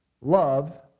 love